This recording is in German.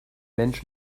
mensch